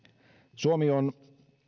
suomi on